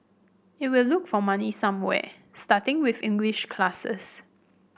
it will look for money somewhere starting with English classes